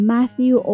Matthew